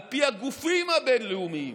על פי הגופים הבין-לאומיים,